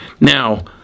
Now